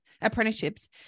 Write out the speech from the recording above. apprenticeships